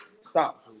Stop